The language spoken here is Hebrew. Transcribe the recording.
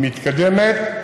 היא מתקדמת,